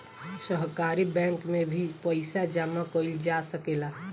सहकारी बैंक में भी पइसा जामा कईल जा सकेला